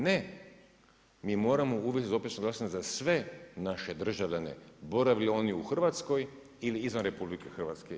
Ne, mi moramo uvesti dopisno glasovanje za sve naše državljane, boravili oni u Hrvatskoj ili izvan RH.